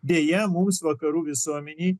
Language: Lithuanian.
deja mūsų vakarų visuomenėj